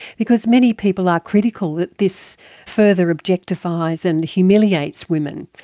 because many people are critical that this further objectifies and humiliates women.